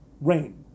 Rain